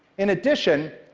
in addition,